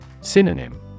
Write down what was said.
Synonym